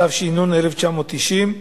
התש"ן 1990,